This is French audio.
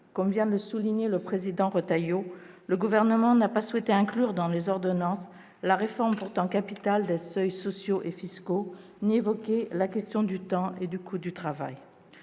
Comme vient de le souligner le président Retailleau, le Gouvernement n'a pas souhaité inclure dans les ordonnances la réforme pourtant capitale des seuils sociaux et fiscaux, ni évoquer la question du temps et du coût du travail.